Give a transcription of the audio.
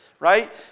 right